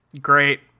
Great